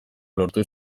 lortu